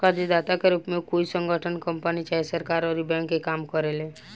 कर्जदाता के रूप में कोई संगठन, कंपनी चाहे सरकार अउर बैंक के काम करेले